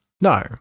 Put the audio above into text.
No